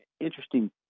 interesting